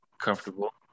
comfortable